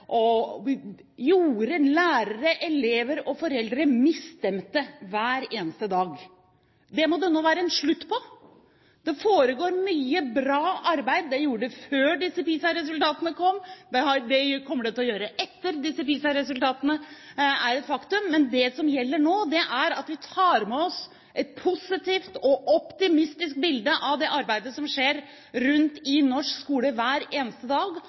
og man gjorde lærere, elever og foreldre misstemte hver eneste dag. Det må det nå være en slutt på. Det foregår mye bra arbeid – det gjorde det før disse PISA-resultatene kom, det kommer det til å gjøre etter disse PISA-resultatene er et faktum – og det som gjelder nå, er at vi tar med oss et positivt og optimistisk bilde av det arbeidet som skjer rundt i norsk skole hver eneste dag.